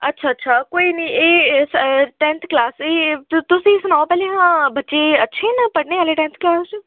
अच्छा अच्छा कोई निं एह् टैंथ क्लास एह् तुस तुस एह् सनाओ पैह्लें बच्चे अच्छे न पढ़ने आह्ले टैंथ क्लास च